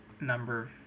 number